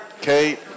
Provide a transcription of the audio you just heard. Kate